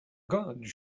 gods